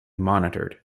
monitored